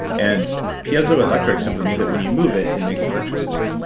and piezoelectric simply means that when you move it, it makes electricity.